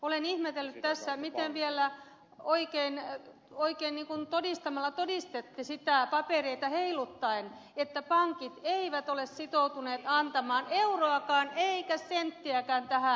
olen ihmetellyt tässä miten vielä oikein todistamalla todistatte papereita heiluttaen että pankit eivät ole sitoutuneet antamaan euroakaan tai senttiäkään tähän